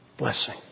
Blessing